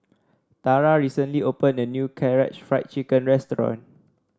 Tara recently opened a new Karaage Fried Chicken Restaurant